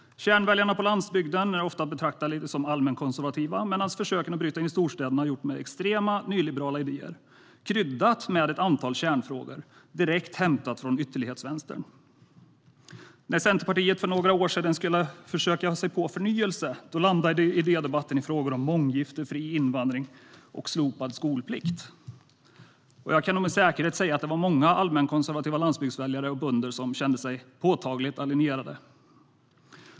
Kärnväljarna på landsbygden är ofta att betrakta som allmänkonservativa medan försöken att bryta in i storstäderna har gjorts med extrema, nyliberala idéer kryddat med ett antal kärnfrågor direkt hämtade från ytterlighetsvänstern. När Centerpartiet för några år sedan skulle försöka sig på en förnyelse landade idédebatten i frågor om månggifte, fri invandring och slopad skolplikt. Jag kan med säkerhet säga att det var många allmänkonservativa landsbygdsväljare och bönder som kände sig påtagligt alienerade.